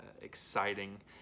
exciting